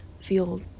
feel